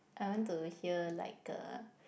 I want to hear like a